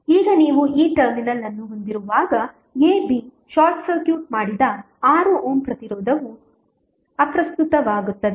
ಈಗ ನೀವು ಈ ಟರ್ಮಿನಲ್ ಅನ್ನು ಹೊಂದಿರುವಾಗ ab ಶಾರ್ಟ್ ಸರ್ಕ್ಯೂಟ್ ಮಾಡಿದ 6 ಓಮ್ ಪ್ರತಿರೋಧವು ಅಪ್ರಸ್ತುತವಾಗುತ್ತದೆ